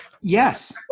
Yes